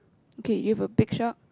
okay you have a big shark